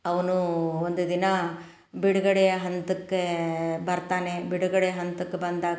ಅವನೂ ಒಂದು ದಿನ ಬಿಡುಗಡೆಯ ಹಂತಕ್ಕೆ ಬರ್ತಾನೆ ಬಿಡುಗಡೆ ಹಂತಕ್ಕೆ ಬಂದಾಗ